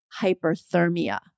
hyperthermia